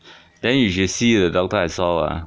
then you should see the doctor I saw ah